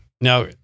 Now